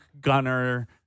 gunner